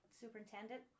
superintendent